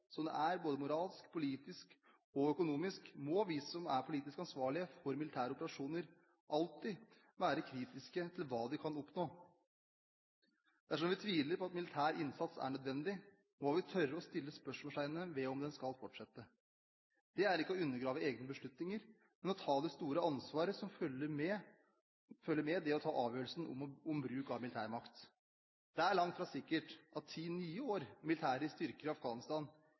så krevende som det er, både moralsk, politisk og økonomisk, må vi som er politisk ansvarlige for militære operasjoner, alltid være kritiske til hva vi kan oppnå. Dersom vi tviler på at militær innsats er nødvendig, må vi tørre å stille spørsmålet om det skal fortsette. Det er ikke å undergrave egne beslutninger, men å ta det store ansvaret som følger med det å ta avgjørelsen om bruk av militærmakt. Det er langt fra sikkert at ti nye år med militære styrker i Afghanistan